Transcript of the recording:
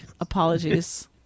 Apologies